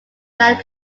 land